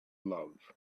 love